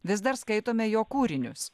vis dar skaitome jo kūrinius